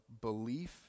belief